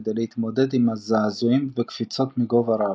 כדי להתמודד עם זעזועים וקפיצות מגובה רב,